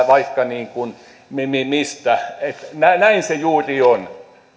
vaikka mistä näin se juuri on